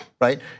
right